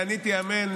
עניתי אמן,